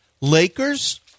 Lakers